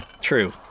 True